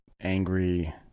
angry